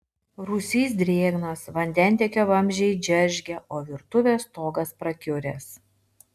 rūsys drėgnas vandentiekio vamzdžiai džeržgia o virtuvės stogas prakiuręs